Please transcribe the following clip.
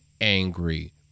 angry